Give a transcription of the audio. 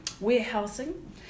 warehousing